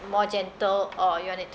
more gentle or you want it